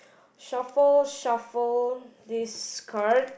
shuffle shuffle this card